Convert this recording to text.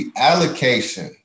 allocation